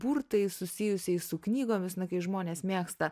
burtais susijusiais su knygomis na kai žmonės mėgsta